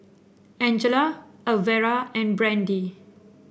Angela Alvera and Brandee